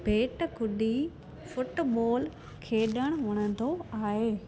भेट गुॾी फुटबोल खेॾणु वणंदो आहे